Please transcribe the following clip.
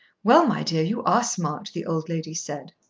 well, my dear, you are smart, the old lady said.